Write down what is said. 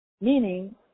meaning